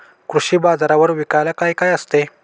कृषी बाजारावर विकायला काय काय असते?